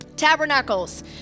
Tabernacles